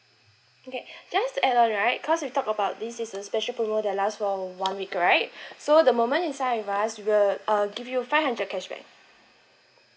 okay just add on right cause you talk about this is a special promo that last for one week right so the moment you sign up with us we'll uh give you five hundred cashback